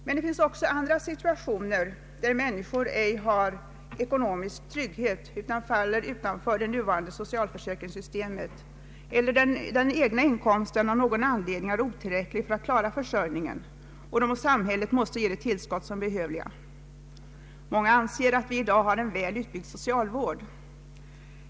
Men det finns också andra situationer, där människor ej har ekonomisk trygghet utan har hamnat utanför det nuvarande socialförsäkringssystemet, eller där den egna inkomsten är otillräcklig för att klara försörjningen och där samhället måste ge de tillskott som är behövliga. Många anser att vi i dag har en väl utbyggd socialvård.